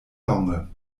longe